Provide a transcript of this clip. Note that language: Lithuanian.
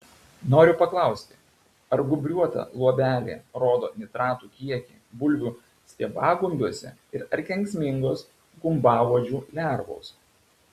noriu paklausti ar gūbriuota luobelė rodo nitratų kiekį bulvių stiebagumbiuose ir ar kenksmingos gumbauodžių lervos